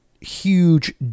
huge